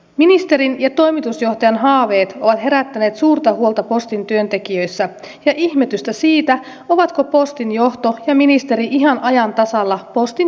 ministerin ja toimitusjohtajan haaveet ovat herättäneet postin työntekijöissä suurta huolta ja ihmetystä siitä ovatko postin johto ja ministeri ihan ajan tasalla postin tilanteesta